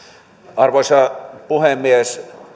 arvoisa puhemies